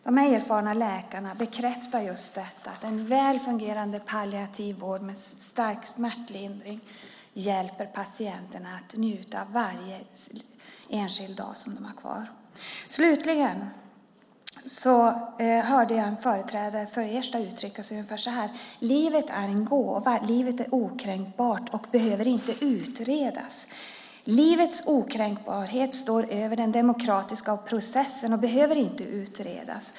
De erfarna läkarna bekräftar just att en väl fungerande palliativ vård med stark smärtlindring hjälper patienterna att njuta av varje enskild dag som de har kvar. Jag hörde en företrädare för Ersta uttrycka sig ungefär så här: Livet är en gåva. Livet är okränkbart och behöver inte utredas. Livets okränkbarhet står över den demokratiska processen och behöver inte utredas.